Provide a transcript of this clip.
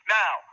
now